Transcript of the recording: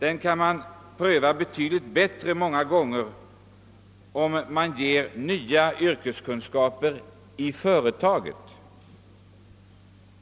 Den kan många gånger prövas betydligt bättre om man ger nya yrkeskunskaper i företagen.